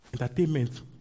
Entertainment